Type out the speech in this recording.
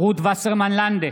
רות וסרמן לנדה,